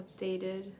updated